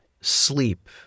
sleep